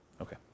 Okay